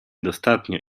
dostatnio